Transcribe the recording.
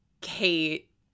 Kate